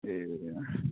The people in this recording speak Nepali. ए